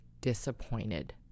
disappointed